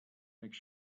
make